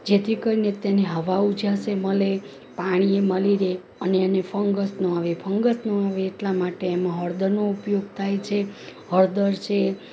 જેથી કરીને તેને હવા ઉજાસે મળે પાણીએ મળી રહે અને એને ફંગસ નો આવે ફંગસ ન આવે એટલા માટે એમાં હળદરનો ઉપયોગ થાય છે હળદર છે